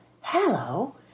hello